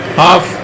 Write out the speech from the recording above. half